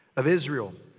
of israel,